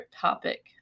topic